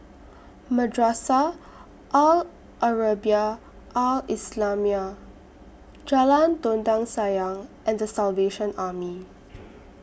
Madrasah Al Arabiah Al Islamiah Jalan Dondang Sayang and The Salvation Army